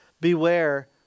Beware